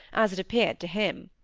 as it appeared to him.